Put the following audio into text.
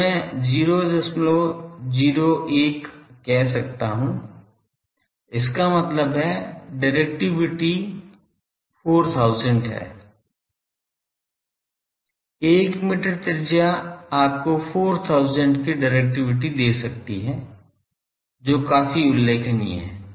तो मैं 001 कह सकता हूं इसका मतलब है डिरेक्टिविटी 4000 है 1 मीटर त्रिज्या आपको 4000 की डिरेक्टिविटी दे सकती है जो काफी उल्लेखनीय है